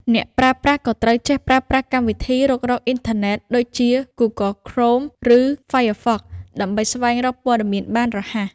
អ្នកប្រើប្រាស់ក៏ត្រូវចេះប្រើប្រាស់កម្មវិធីរុករកអ៊ីនធឺណិតដូចជា Google Chrome ឬ Firefox ដើម្បីស្វែងរកព័ត៌មានបានរហ័ស។